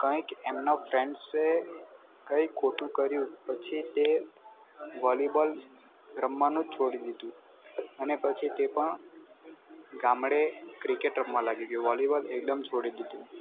કંઈક એમના ફ્રેન્ડસે કંઈ ખોટું કર્યું પછી તે વોલીબોલ રમવાનું જ છોડી દીધું અને પછી તે પણ ગામડે ક્રિકેટ રમવા લાગી ગયો વોલીબોલ એકદમ છોડી દીધું